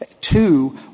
Two